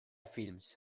films